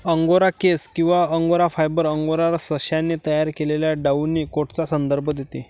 angora केस किंवा angora fibre, angora सशाने तयार केलेल्या डाउनी कोटचा संदर्भ देते